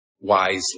wisely